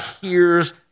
hears